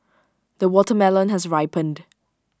the watermelon has ripened